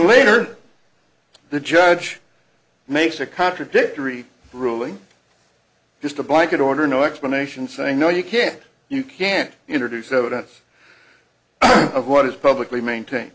later the judge makes a contradictory ruling just a blanket order no explanation saying no you can't you can't introduce evidence of what is publicly maintain